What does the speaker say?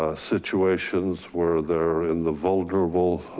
ah situations where they're in the vulnerable